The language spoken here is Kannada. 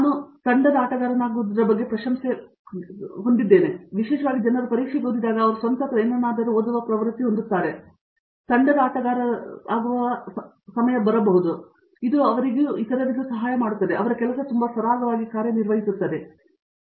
ಮತ್ತು ನಾನು ತಂಡ ಆಟಗಾರನಾಗಿರುವುದರ ಬಗ್ಗೆ ನಾನು ಪ್ರಶಂಸಿಸುತ್ತೇನೆ ಏಕೆಂದರೆ ವಿಶೇಷವಾಗಿ ಜನರು ಪರೀಕ್ಷೆಗೆ ಓದಿದಾಗ ಅವರು ಸ್ವಂತ ಅಥವಾ ಏನನ್ನಾದರೂ ಓದಲು ಪ್ರವೃತ್ತಿಯನ್ನು ಹೊಂದಿರುತ್ತಾರೆ ಮತ್ತು ನಂತರ ಅವರು ತಂಡದ ಆಟಗಾರರಾಗಲು ಬಳಸಬೇಕಾಗುತ್ತದೆ ಮತ್ತು ಅದು ಅವರಿಗೆ ಸಹಾಯ ಮಾಡುತ್ತದೆ ಇದು ಇತರರಿಗೆ ಸಹಾಯ ಮಾಡುತ್ತದೆ ಮತ್ತು ಎಲ್ಲಾ ರೀತಿಯಲ್ಲಿ ಇದು ತುಂಬಾ ಸರಾಗವಾಗಿ ಕಾರ್ಯನಿರ್ವಹಿಸುತ್ತದೆ ಹೌದು